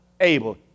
able